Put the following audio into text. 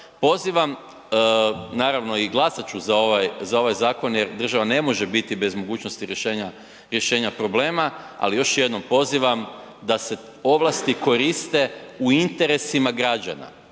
pozivam naravno i glasat ću za ovaj zakon jer država ne može biti bez mogućnosti rješenja problema ali još jednom pozivam da se ovlasti koriste u interesima građana.